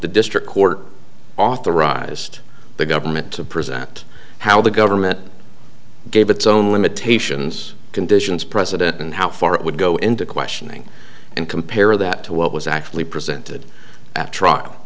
the district court authorized the government to present how the government gave its own limitations conditions president and how far it would go into questioning and compare that to what was actually presented at trial